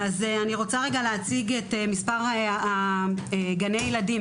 אני רוצה להציג את מספר גני הילדים